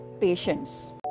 patients